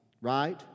Right